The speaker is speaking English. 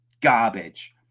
garbage